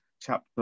chapter